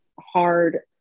hard